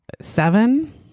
seven